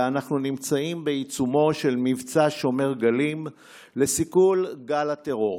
ואנחנו נמצאים בעיצומו של מבצע שובר גלים לסיכול גל הטרור.